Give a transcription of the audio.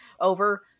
over